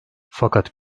fakat